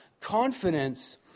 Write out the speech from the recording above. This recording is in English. confidence